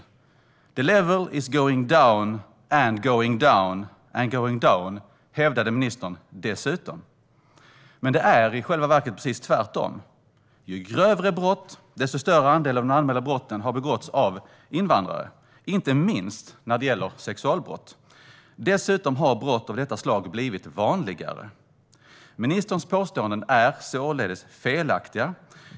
The level is going down, and going down, and going down, hävdade ministern dessutom. Men det är i själva verket precis tvärtom. Ju grövre brott, desto större andel av de anmälda brotten har begåtts av invandrare, inte minst när det gäller sexualbrott. Dessutom har brott av detta slag blivit vanligare. Ministerns påståenden är således felaktiga.